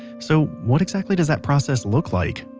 so what exactly does that process look like?